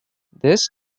this